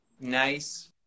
nice